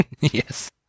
Yes